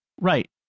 Right